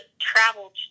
travel